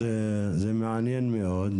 זה מעניין מאוד.